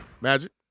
Magic